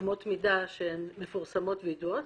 אמות מידה מפורסמות וידועות,